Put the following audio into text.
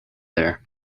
there